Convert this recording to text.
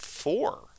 Four